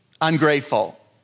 ungrateful